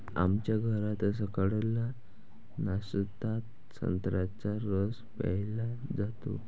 आमच्या घरात सकाळच्या नाश्त्यात संत्र्याचा रस प्यायला जातो